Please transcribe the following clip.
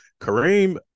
Kareem